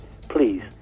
Please